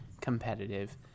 competitive